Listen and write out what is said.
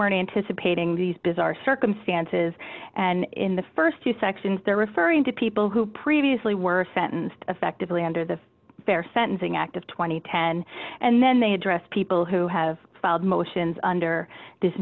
weren't anticipating these bizarre circumstances and in the st two sections they're referring to people who previously were sentenced effectively under the fair sentencing act of two thousand and ten and then they address people who have filed motions under this